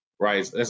Right